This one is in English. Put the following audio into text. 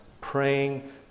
praying